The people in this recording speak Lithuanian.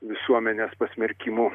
visuomenės pasmerkimu